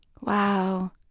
Wow